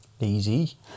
Easy